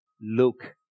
look